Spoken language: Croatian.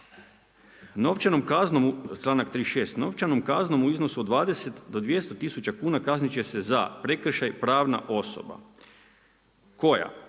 „Novčanom kaznom u iznosu od 20 do 200 tisuća kuna kazniti će se za prekršaj pravna osoba.“ Koja?